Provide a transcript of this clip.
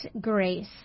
grace